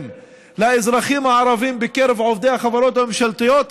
לאזרחים הערבים בקרב עובדי החברות הממשלתיות,